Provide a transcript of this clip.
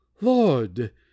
Lord